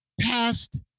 past